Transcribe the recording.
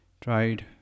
tried